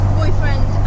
boyfriend